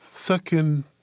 second